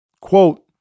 Quote